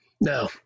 No